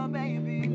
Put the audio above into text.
baby